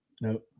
No